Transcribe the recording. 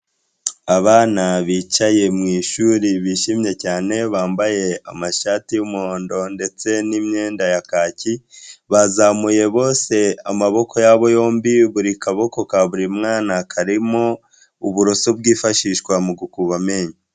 Abana bicaye mwishuri bishimye cyane bambaye amashati y'umuhondo ndetse n'imyenda ya kaki, bazamuye bose amaboko yabo yombi, buri kaboko ka buri mwana karimo uburoso bwifashishwa mu gukuba amenyo.